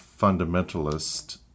fundamentalist